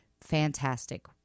Fantastic